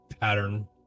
pattern